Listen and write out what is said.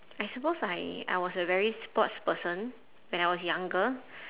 I suppose I I was a very sports person when I was younger